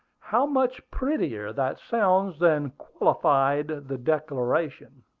how much prettier that sounds than qualified the declaration